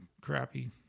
crappy